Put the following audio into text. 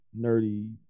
nerdy